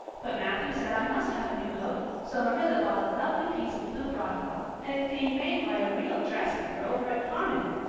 but matthew said i must have a new coat, so marilla bought a lovely piece of blue broadcloth, and it's being made by a real dressmaker over at carmody.